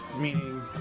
meaning